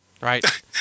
Right